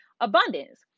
abundance